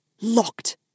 Locked